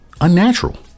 unnatural